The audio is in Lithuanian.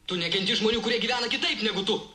tu nekenti žmonių kurie gyvena kitaip negu tu